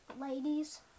ladies